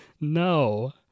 No